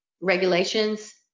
regulations